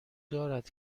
دارد